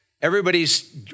Everybody's